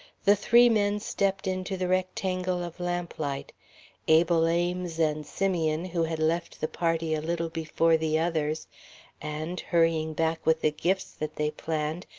the three men stepped into the rectangle of lamplight abel, ames and simeon, who had left the party a little before the others and, hurrying back with the gifts that they planned,